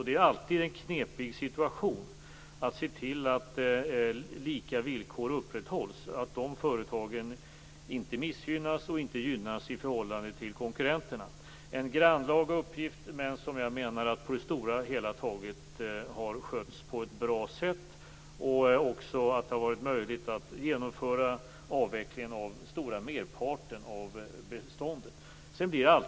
Det är alltid en knepig situation att se till att lika villkor upprätthålls och att de företagen inte missgynnas och inte gynnas i förhållande till konkurrenterna. Det är en grannlaga uppgift som jag menar har skötts på ett bra sätt på det stora hela taget. Det har varit möjligt att genomföra avvecklingen av den stora merparten av beståndet.